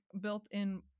built-in